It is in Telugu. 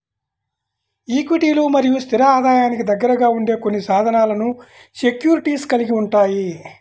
ఈక్విటీలు మరియు స్థిర ఆదాయానికి దగ్గరగా ఉండే కొన్ని సాధనాలను సెక్యూరిటీస్ కలిగి ఉంటాయి